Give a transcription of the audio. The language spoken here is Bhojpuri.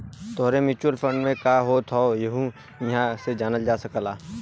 तोहरे म्युचुअल फंड में का होत हौ यहु इहां से जानल जा सकला